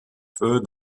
feu